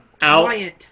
out